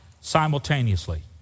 simultaneously